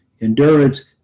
endurance